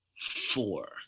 four